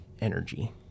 energy